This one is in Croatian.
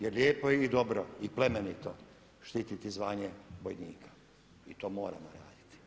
Jer lijepo je i dobro i plemenito štititi zvanje vojnika i to moramo raditi.